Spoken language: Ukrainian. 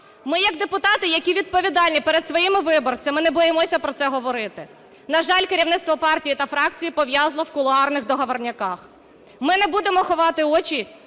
Ми як депутати, які відповідальні перед своїми виборцями, не боїмося про це говорити. На жаль, керівництво партії та фракції пов'язло в кулуарних договорняках. Ми не будемо ховати очі